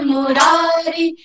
Murari